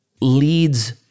leads